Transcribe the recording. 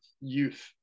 youth